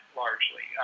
largely